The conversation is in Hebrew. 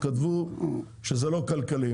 כתבו שזה לא כלכלי.